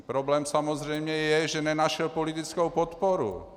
Problém samozřejmě je, že nenašel politickou podporu.